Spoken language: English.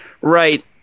Right